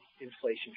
inflation